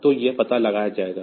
तो यह पता लगाया जाएगा